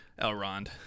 Elrond